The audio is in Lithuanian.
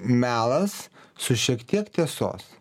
melas su šiek tiek tiesos